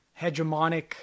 hegemonic